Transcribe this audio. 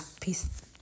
Peace